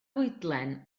fwydlen